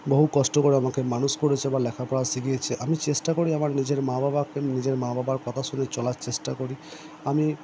বহু কষ্ট করে আমাকে মানুষ করেছে বা লেখাপড়া শিখিয়েছে আমি চেষ্টা করি আমি নিজের মা বাবাকে নিজের মা বাবার কথা শুনে চলার চেষ্টা করি আমি